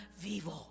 vivo